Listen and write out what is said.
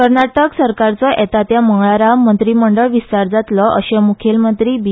कर्नाटक सरकाराचो येता त्या मंगळारा मंत्रीमंडळ विस्तार जातलो असे मुखेलमंत्री बी